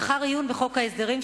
לאחר עיון בחוק ההסדרים,